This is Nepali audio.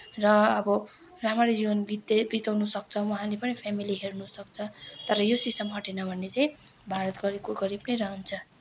र अब राम्ररी जीवन बिताउन सक्छ उहाँले पनि फेमिली हेर्न सक्छ तर यो सिस्टम हटेन भने चाहिँ भारत गरिबको गरिब नै रहन्छ